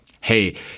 hey